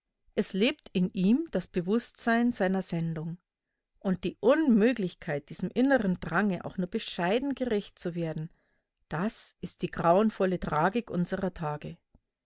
es lebt in ihm das bewußtsein seiner sendung und die unmöglichkeit diesem innern drange auch nur bescheiden gerecht zu werden das ist die grauenvolle tragik unserer tage